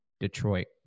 Detroit